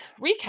recap